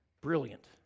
Brilliant